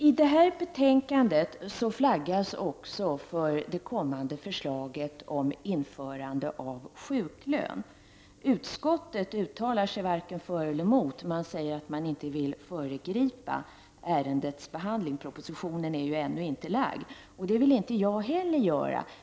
I detta betänkande flaggas det också för det kommande förslaget om införande av sjuklön. Utskottet uttalar sig varken för eller emot det. Utskottet säger att det inte vill föregripa ärendets behandling. Propositionen är ju ännu inte framlagd. Jag vill inte heller föregripa ärendets behandling.